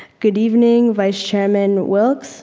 good evening vice chairman wilk, so